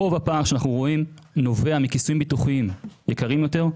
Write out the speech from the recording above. רוב הפער שאנחנו רואים נובע מכיסויים ביטוחיים יקרים יותר,